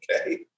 okay